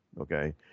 Okay